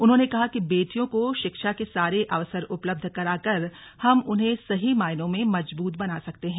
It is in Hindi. उन्होंने कहा कि बेटियों को शिक्षा के सारे अवसर उपलब्ध करा कर हम उन्हें सही मायनों में मजबूत बना सकते हैं